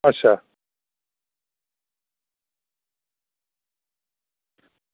अच्छा